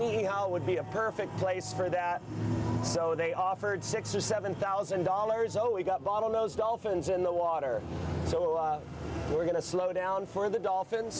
it would be a perfect place for that so they offered six or seven thousand dollars oh we've got bottlenose dolphins in the water so we're going to slow down for the dolphins